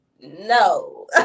no